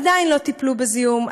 עדיין לא טיפלו בזיהום,